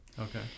okay